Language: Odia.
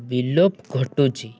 ବିଲୋପ ଘଟୁଛି